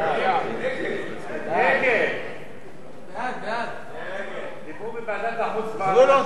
ההצעה שלא לכלול את הנושא בסדר-היום של הכנסת נתקבלה.